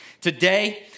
Today